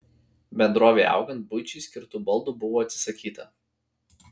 bendrovei augant buičiai skirtų baldų buvo atsisakyta